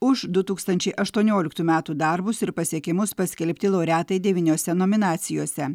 už du tūkstančiai aštuonioliktų metų darbus ir pasiekimus paskelbti laureatai devyniose nominacijose